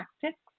tactics